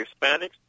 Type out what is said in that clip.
Hispanics